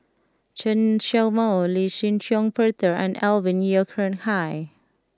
Chen Show Mao Lee Shih Shiong Peter and Alvin Yeo Khirn Hai